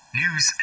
news